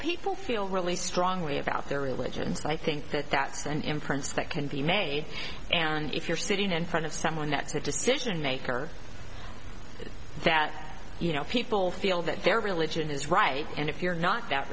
people feel really strongly about their religions i think that that's an imprint that can be made and if you're sitting in front of someone that's a decision maker that you know people feel that their religion is right and if you're not that